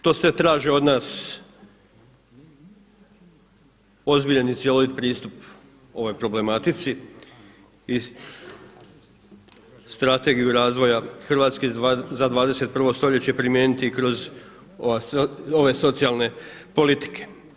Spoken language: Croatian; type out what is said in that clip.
To sve traži od nas ozbiljan i cjelovit pristup ovoj problematici i strategiju razvoja Hrvatske za 21. stoljeće primijeniti kroz ove socijalne politike.